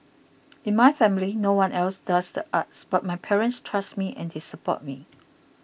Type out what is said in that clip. in my family no one else does the arts but my parents trust me and they support me